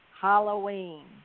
Halloween